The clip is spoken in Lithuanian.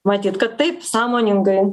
matyt kad taip sąmoningai